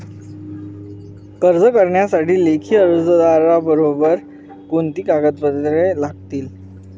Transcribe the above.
कर्ज करण्यासाठी लेखी अर्जाबरोबर कोणती कागदपत्रे लागतील?